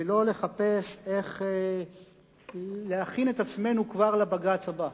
ולא לחפש איך להכין את עצמנו לבג"ץ הבא,